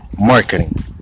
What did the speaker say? Marketing